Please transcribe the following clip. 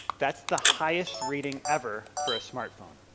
that's the highest rating ever for a smartphone.